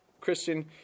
Christian